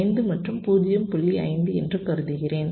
5 என்று கருதுகிறேன்